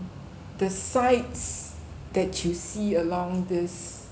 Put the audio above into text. the sights that you see along this